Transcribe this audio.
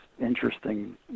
interesting